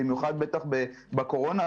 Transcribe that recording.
במיוחד בקורונה,